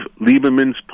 Lieberman's